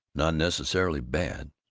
not necessarily bad.